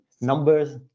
numbers